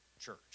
church